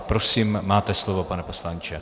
Prosím, máte slovo, pane poslanče.